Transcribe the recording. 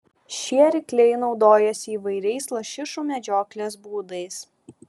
šie rykliai naudojasi įvairiais lašišų medžioklės būdais